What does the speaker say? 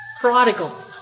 prodigal